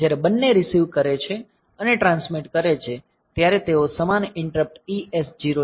જ્યારે બંને રીસિવ કરે છે અને ટ્રાન્સમિટ કરે છે ત્યારે તેઓ સમાન ઈંટરપ્ટ ES0 જનરેટ કરે છે